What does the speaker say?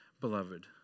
beloved